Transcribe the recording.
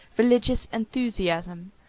religious enthusiasm,